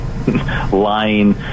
lying